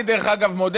אני, דרך אגב, מודה